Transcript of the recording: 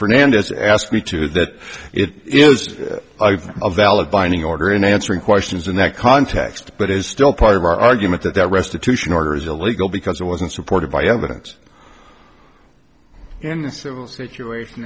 as ask me too that it is a valid binding order in answering questions in that context but is still part of our argument that the restitution order is illegal because it wasn't supported by evidence in the civil situation